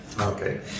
Okay